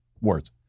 words